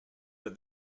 that